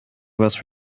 was